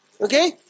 okay